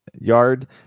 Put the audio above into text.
yard